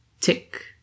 Tick